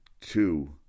Two